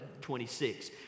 26